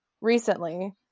recently